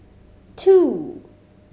two